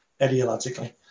ideologically